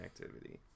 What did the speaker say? activity